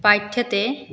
पाठ्यते